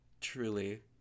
truly